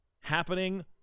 happening